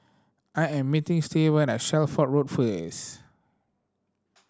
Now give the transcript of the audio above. I am meeting Stevan at Shelford Road first